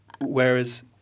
whereas